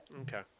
Okay